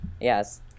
Yes